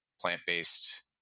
plant-based